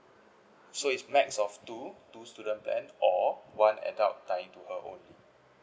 so it's max of two two student plans or one adult tie in to her only